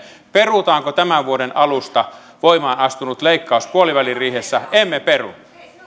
perutaanko tämän vuoden alusta voimaan astunut leikkaus puoliväliriihessä emme peru